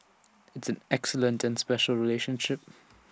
IT isn't excellent and special relationship